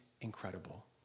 incredible